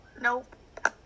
Nope